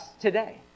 today